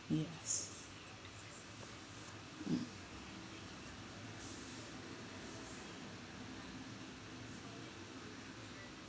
yes mm